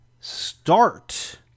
start